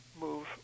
move